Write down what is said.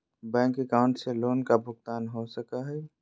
Bank account से loan का भुगतान हो सको हई?